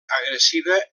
agressiva